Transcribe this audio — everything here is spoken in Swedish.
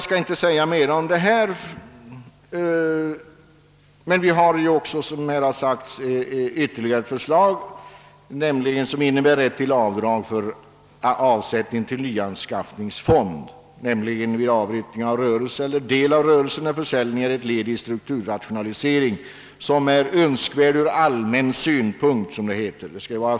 Som tidigare framhållits föreligger ytterligare ett lagförslag, som innebär rätt till avdrag vid avsättning till nyanskaffningsfond vid avyttring av rörelse eller del av rörelse då försäljningen är ett led i en strukturrationalisering som är önskvärd ur allmän synpunkt.